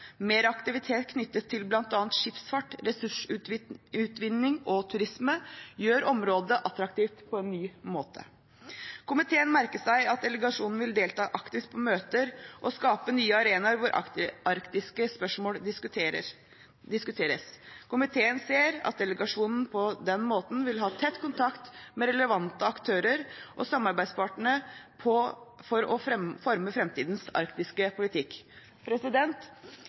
Mer aktivitet knyttet til bl.a. skipsfart, ressursutvinning og turisme gjør området attraktivt på en ny måte. Komiteen merker seg at delegasjonen vil delta aktivt på møter og skape nye arenaer hvor arktiske spørsmål diskuteres. Komiteen ser at delegasjonen på den måten vil ha tett kontakt med relevante aktører og samarbeidspartnere for å forme fremtidens arktiske politikk.